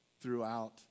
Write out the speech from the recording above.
throughout